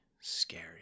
scary